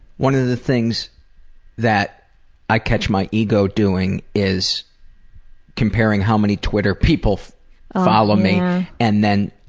one of the things that i catch my ego doing is comparing how many twitter people ah follow me and then